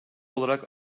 olarak